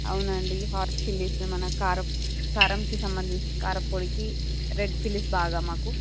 అవునండి hot chillies మన కారం కారంకి సంబంధించి కారంపొడికి రెడ్ చిల్లీస్ బాగా మాకు